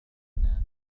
هنا